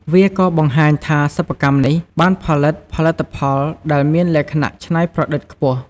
វាក៏បង្ហាញថាសិប្បកម្មនេះ បានផលិតផលិតផលដែលមានលក្ខណៈច្នៃប្រឌិតខ្ពស់។